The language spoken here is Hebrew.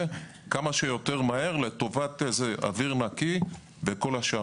כמה שיותר מהר לטובת אוויר נקי וכל השאר.